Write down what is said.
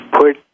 put